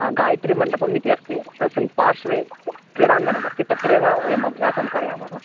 अ गायत्रिमण्टपमिति अस्ति तस्मिन् पार्श्वे क्रिडाङ्गणमस्ति तत्रैव वयम् अभ्यासं कारयामः